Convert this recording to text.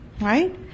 right